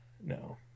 No